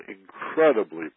incredibly